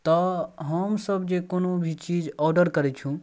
तऽ हम सब जे कोनो भी चीज औडर करै छी